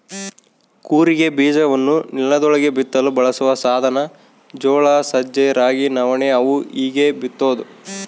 ಕೂರಿಗೆ ಬೀಜವನ್ನು ನೆಲದೊಳಗೆ ಬಿತ್ತಲು ಬಳಸುವ ಸಾಧನ ಜೋಳ ಸಜ್ಜೆ ರಾಗಿ ನವಣೆ ಅವು ಹೀಗೇ ಬಿತ್ತೋದು